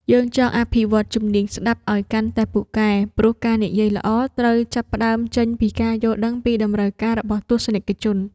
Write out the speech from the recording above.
យើងចង់អភិវឌ្ឍជំនាញស្ដាប់ឱ្យកាន់តែពូកែ ព្រោះការនិយាយល្អត្រូវចាប់ផ្ដើមចេញពីការយល់ដឹងពីតម្រូវការរបស់ទស្សនិកជន។